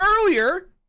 earlier